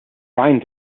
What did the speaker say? fine